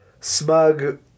smug